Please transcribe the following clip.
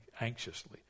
anxiously